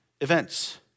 events